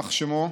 יימח שמו,